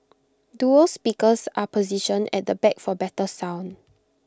dual speakers are positioned at the back for better sound